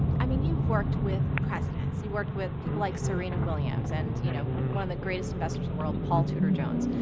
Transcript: i mean, you've worked with presidents, you've worked with people like serena williams, and, you know, one of the greatest investors in the world, paul tudor jones.